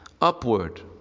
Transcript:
upward